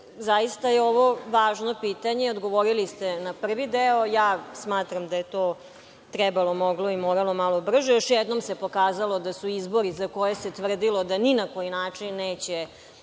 zaista je ovo važno pitanje i odgovorili ste na prvi deo, ja smatram da je to trebalo, moglo i moralo malo brže. Još jednom se pokazalo da su nas izbori za koje se tvrdilo da ni na koji način neće